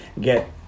Get